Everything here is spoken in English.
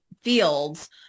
fields